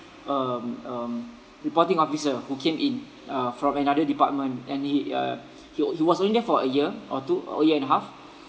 um um reporting officer who came in uh from another department and he uh he wa~ he was only there for a year or two or a year and a half